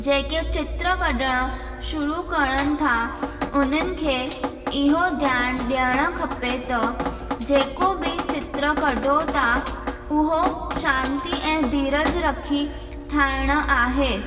जेके चित्र कढण शुरू करण था उन्हनि खे इहो ध्यानु ॾियणु खपे त जेको बि चित्र कढो था उहो शांती ऐं धीरज रखी ठाहिणा आहे